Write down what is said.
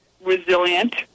resilient